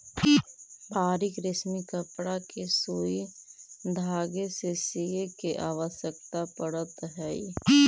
बारीक रेशमी कपड़ा के सुई धागे से सीए के आवश्यकता पड़त हई